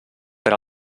per